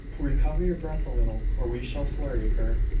recover your breath a little, or we shall flurry her.